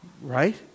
Right